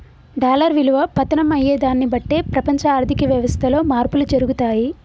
dollar విలువ పతనం అయ్యేదాన్ని బట్టే ప్రపంచ ఆర్ధిక వ్యవస్థలో మార్పులు జరుగుతయి